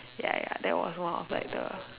ya ya that was one of like the